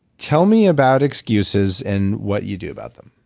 tell me about excuses and what you do about them.